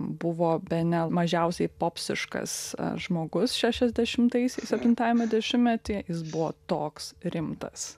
buvo bene mažiausiai popsiškas žmogus šešiasdešimtaisiais septintajame dešimtmety jis buvo toks rimtas